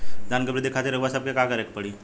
धान क वृद्धि खातिर रउआ सबके का करे के पड़ी?